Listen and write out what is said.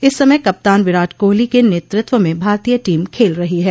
इस समय कप्तान विराट कोहली के नेतृत्व में भारतीय टीम खेल रही है